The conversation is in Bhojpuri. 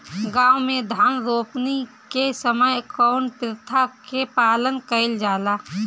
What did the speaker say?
गाँव मे धान रोपनी के समय कउन प्रथा के पालन कइल जाला?